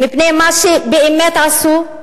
מפני מה שבאמת עשו?